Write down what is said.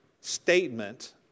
statement